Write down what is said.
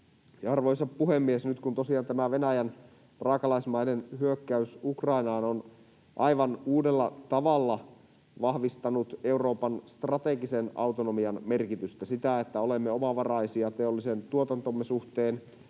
Arvoisa puhemies! Nyt, kun tosiaan tämä Venäjän raakalaismainen hyökkäys Ukrainaan on aivan uudella tavalla vahvistanut Euroopan strategisen autonomian merkitystä — sitä, että olemme omavaraisia teollisen tuotantomme suhteen,